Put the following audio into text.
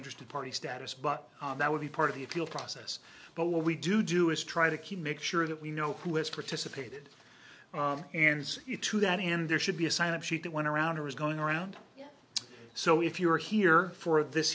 interested party status but that would be part of the appeal process but what we do do is try to keep make sure that we know who has participated and see to that and there should be a sign of sheet that went around or is going around so if you are here for this